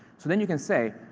so then you can say,